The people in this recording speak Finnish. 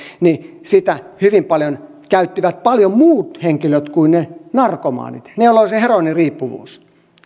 että sitä hyvin paljon käyttivät muut henkilöt kuin ne narkomaanit ne joilla oli se heroiiniriippuvuus